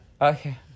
okay